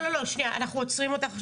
אנחנו עוצרים אותך,